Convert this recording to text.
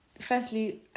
Firstly